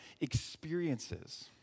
experiences